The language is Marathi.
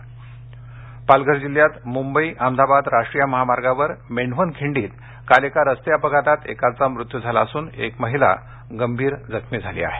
पालघर पालघर जिल्ह्यात मुंबई अहमदाबाद राष्ट्रीय महामार्गावर मेंढवन खिंडीत काल एका रस्ते अपघातात एकाचा मृत्यू झाला असून एक महिला गंभीर जखमी झाली आहे